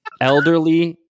elderly